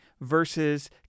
versus